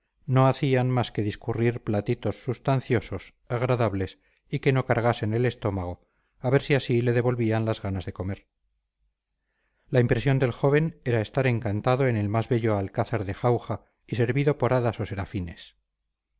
no hacían más que discurrir platitos substanciosos agradables y que no cargasen el estómago a ver si así le devolvían las ganas de comer la impresión del joven era estar encantado en el más bello alcázar de jauja y servido por hadas o serafines